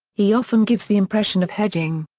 he often gives the impression of hedging.